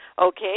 Okay